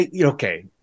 okay